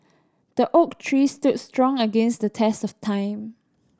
the oak tree stood strong against the test of time